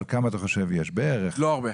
לא הרבה.